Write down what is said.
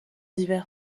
d’hiver